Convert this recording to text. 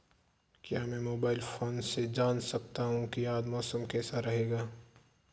क्या मैं mobile phone से जान सकता हूँ कि आज मौसम कैसा रहेगा?